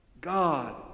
God